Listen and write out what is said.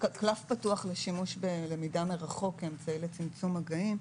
קלף פתוח לשימוש בלמידה מרחוק כאמצעי לצמצום מגעים,